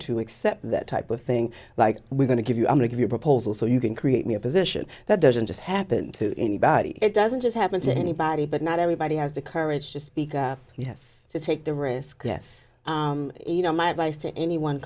to accept that type of thing like we're going to give you a make of your proposal so you can create me a position that doesn't just happen to anybody it doesn't just happen to anybody but not everybody has the courage to speak up yes to take the risk yes you know my advice to anyone